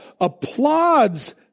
applauds